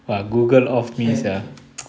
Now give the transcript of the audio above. can can